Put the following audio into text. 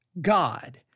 God